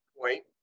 point